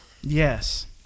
Yes